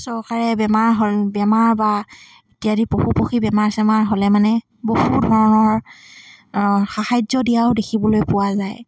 চৰকাৰে বেমাৰ হ'ল বেমাৰ বা ইত্যাদি পশুপক্ষী বেমাৰ চেমাৰ হ'লে মানে বহু ধৰণৰ সাহাৰ্য দিয়াও দেখিবলৈ পোৱা যায়